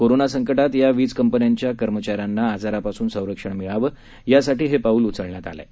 कोरोनासंकटात या वीज कंपन्यांच्या कर्मचाऱ्यांना आजारापासून संरक्षण मिळावं यासाठी हे पाऊल उचलण्यात आलं आहे